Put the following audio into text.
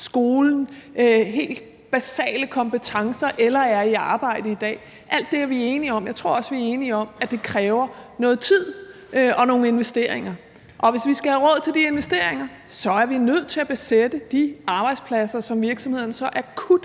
skolens helt basale kompetencer eller er i arbejde i dag. Alt det er vi enige om. Jeg tror også, vi er enige om, at det kræver noget tid og nogle investeringer. Hvis vi skal have råd til de investeringer, er vi nødt til at besætte de arbejdspladser, som virksomhederne så akut